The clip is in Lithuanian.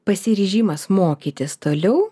pasiryžimas mokytis toliau